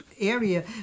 area